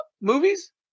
Movies